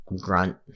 grunt